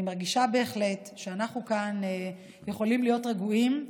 אני מרגישה בהחלט שאנחנו כאן יכולים להיות רגועים,